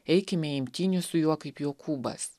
eikime imtynių su juo kaip jokūbas